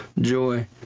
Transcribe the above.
joy